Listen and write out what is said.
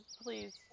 please